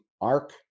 Arc